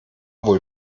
wohl